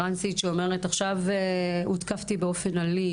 טרנסית שאומרת שהותקפה באופן אלים